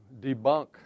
debunk